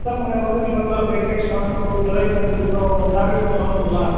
sir ಮೊನ್ನೆ ಬಂದು ನಿಮ್ಮತ್ರ ಬ್ಲಡ್ ಟೆಶ್ಟ್ ಮಾಡ್ಕೊಂಡು ಜ್ವರ ಇತ್ತು ಅಂಥೇಳ್ಬಿಟ್ಟು ಟ್ಯಾಬ್ಲೆಟ್ಸು ತೊಗೊಂಡೋದ್ವಲ್ಲ